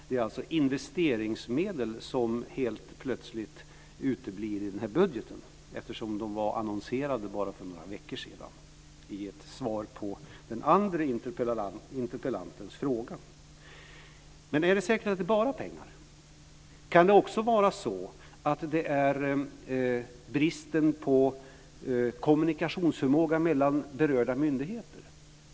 Det är alltså investeringsmedel som helt plötsligt uteblir i budgeten, eftersom de var annonserade bara för några veckor sedan i ett svar på den andre interpellantens fråga. Men är det säkert att det bara är pengar? Kan det också vara så att det är bristen på kommunikationsförmåga mellan berörda myndigheter?